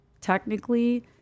technically